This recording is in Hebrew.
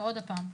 ועוד הפעם,